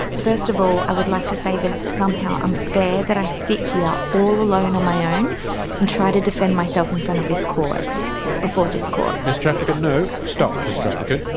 first of all, i would like to say that it's somehow unfair that i sit here all alone on my own and try to defend myself in front of this court before this court. mr applicant no, stop, mr applicant.